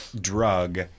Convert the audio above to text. drug